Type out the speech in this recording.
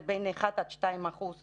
זה בין 1% עד 2% תחלואה,